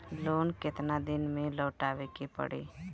Loan केतना दिन में लौटावे के पड़ी?